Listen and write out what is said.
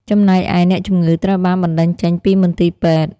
ចំណែកឯ អ្នកជំងឺត្រូវបានបណ្តេញចេញពីមន្ទីរពេទ្យ។